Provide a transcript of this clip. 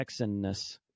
Texanness